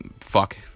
fuck